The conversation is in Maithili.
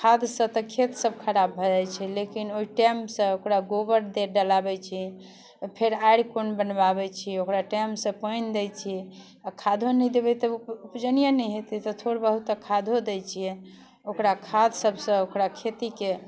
खादसँ तऽ खेतसब खराब भऽ जाइ छै लेकिन ओहि टाइमसँ ओकरा गोबर डलाबै छी फेर आड़ि कोन बनबाबै छी ओकरा टाइमसँ पानि दै छी आओर खादो नहि देबै तऽ उपजनिए नहि हेतै तऽ थोड़ बहुत तऽ खादो दै छिए ओकरा खादसबसँ ओकरा खेतीके